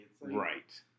Right